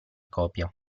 copia